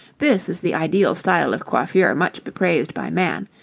this is the ideal style of coiffure much bepraised by man,